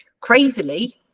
Crazily